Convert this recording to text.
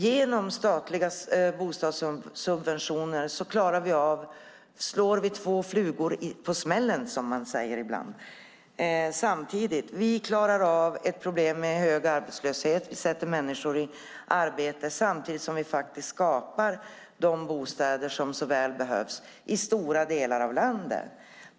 Genom statliga bostadssubventioner slår vi två flugor i en smäll: Vi klarar av problemet med hög arbetslöshet och vi sätter människor i arbete samtidigt som vi skapar de bostäder som så väl behövs i stora delar av landet.